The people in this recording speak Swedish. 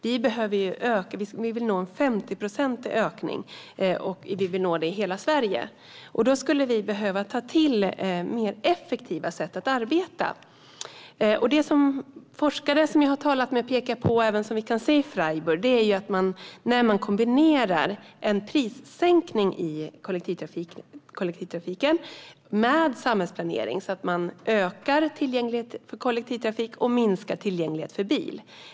Vi vill ju nå en 50-procentig ökning, och vi vill nå det i hela Sverige. Därför skulle vi behöva ta till mer effektiva sätt att arbeta. Forskare som jag har talat med pekar på - och det gör även det vi kan se i Freiburg - att det är när man gör tre saker samtidigt som man kan nå en riktig hävstångseffekt. Det handlar om att kombinera en prissänkning i kollektivtrafiken med samhällsplanering, öka tillgängligheten till kollektivtrafik och minska tillgängligheten för bil.